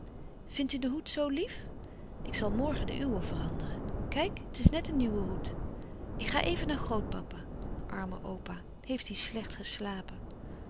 vindt u den hoed zoo lief ik zal morgen den uwen veranderen kijk het is net een nieuwe hoed ik ga even naar grootpapa arme opa heeft hij slecht geslapen